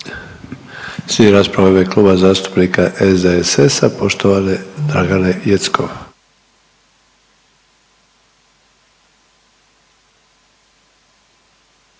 rasprava u ime Kluba zastupnika SDSS-a poštovane Dragane Jeckov.